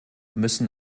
müssen